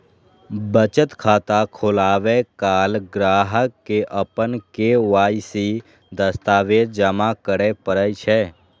बचत खाता खोलाबै काल ग्राहक कें अपन के.वाई.सी दस्तावेज जमा करय पड़ै छै